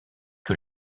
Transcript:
que